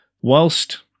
Whilst